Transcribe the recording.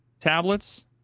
tablets